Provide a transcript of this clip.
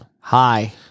Hi